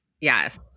Yes